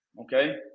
Okay